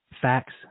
facts